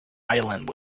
island